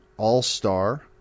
All-Star